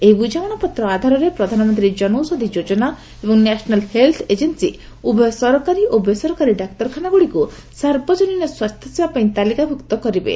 ଏହି ବୁଝାମଣା ପତ୍ର ଆଧାରରେ ପ୍ରଧାନମନ୍ତୀ ଜନୌଷଧି ଯୋଜନା ଏବଂ ନ୍ୟାସନାଲ ହେଲଥ ଏଜେନ୍ପି ଉଭୟ ସରକାରୀ ଓ ବେସରକାରୀ ଡାକ୍ତରଖାନା ଗୁଡିକୁ ସାର୍ବଜନୀନ ସ୍ୱାସ୍ଥ୍ୟ ସେବା ପାଇଁ ତାଲିକାଭୁକ୍ତ କରିବେ